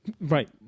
Right